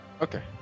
Okay